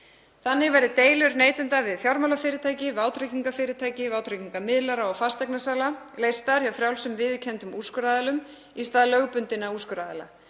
Þannig verði deilur neytenda við fjármálafyrirtæki, vátryggingafyrirtæki, vátryggingamiðlara og fasteignasala leystar hjá frjálsum, viðurkenndum úrskurðaraðilum í stað lögbundinna úrskurðaraðila.